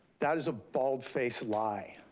that is a bald-faced lie.